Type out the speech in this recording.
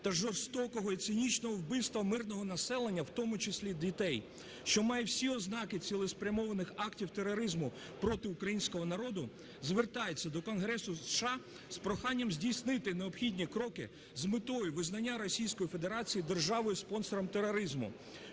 та жорстокого і цинічного вбивства мирного населення, в тому числі дітей, що має всі ознаки цілеспрямованих актів тероризму проти українського народу, звертається до Конгресу США з проханням здійснити необхідні кроки з метою визнання Російської Федерації державою - спонсором тероризму,